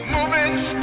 Movements